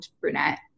brunette